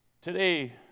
Today